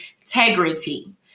integrity